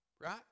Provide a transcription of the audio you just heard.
right